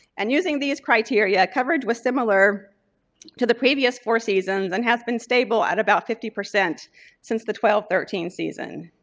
and using these criteria, coverage was similar to the previous four seasons and has been stable at about fifty percent since the twelve thirteen season.